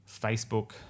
Facebook